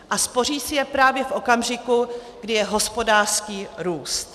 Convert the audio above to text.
A spoří si je právě v okamžiku, kdy je hospodářský růst.